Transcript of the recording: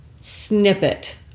snippet